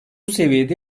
seviyede